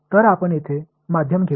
तर आपण येथे माध्यम घेऊ